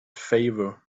favor